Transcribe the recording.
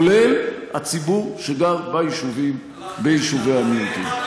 כולל הציבור שגר ביישובי המיעוטים.